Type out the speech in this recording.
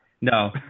No